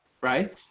right